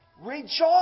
Rejoice